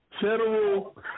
federal